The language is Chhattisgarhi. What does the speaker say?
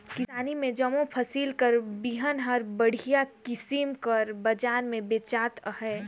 किसानी में जम्मो फसिल कर बीहन हर बड़िहा किसिम कर बजार में बेंचात अहे